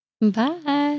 bye